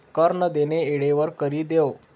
कर नं देनं येळवर करि देवं